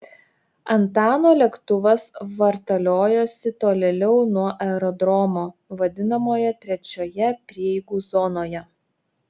antano lėktuvas vartaliojosi tolėliau nuo aerodromo vadinamoje trečioje prieigų zonoje